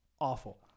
Awful